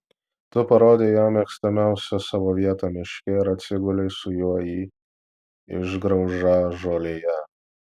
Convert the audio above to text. tu parodei jam mėgstamiausią savo vietą miške ir atsigulei su juo į išgraužą žolėje